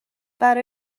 برا